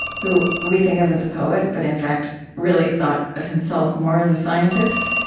who we think of as a poet but in fact really thought of himself more as a scientist.